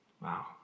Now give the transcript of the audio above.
Wow